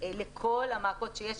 לכל המעקות שיש.